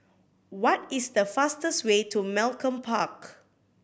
what is the fastest way to Malcolm Park